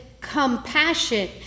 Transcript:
compassion